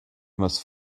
must